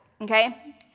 okay